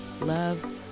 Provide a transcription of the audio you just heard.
love